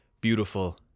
beautiful